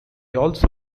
also